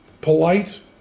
polite